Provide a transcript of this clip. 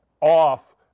off